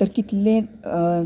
तर कितलें